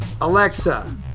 Alexa